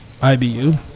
IBU